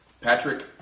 Patrick